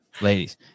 Ladies